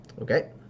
Okay